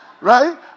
Right